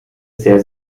sehr